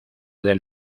del